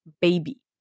Baby